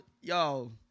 Yo